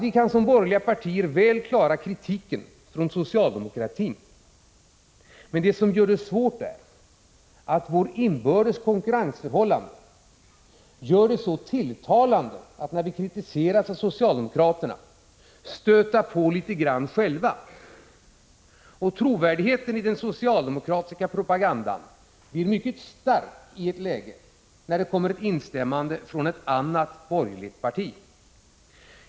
Vi klarar som borgerliga partier mycket väl kritiken från socialdemokratin, men vårt inbördes konkurrensförhållande gör det tilltalande, när vi kritiseras av socialdemokraterna, att stöta på litet grand själva. Trovärdighe Prot. 1985/86:163 ten i den socialdemokratiska propagandan blir mycket stark i ett läge när det 5 juni 1986 kommer instämmande från ett annat borgerligt parti.